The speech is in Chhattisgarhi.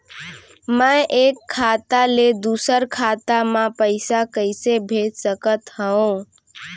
मैं एक खाता ले दूसर खाता मा पइसा कइसे भेज सकत हओं?